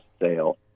sale